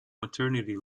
maternity